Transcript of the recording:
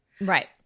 Right